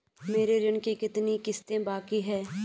मेरे ऋण की कितनी किश्तें बाकी हैं?